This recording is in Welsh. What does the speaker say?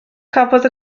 cafodd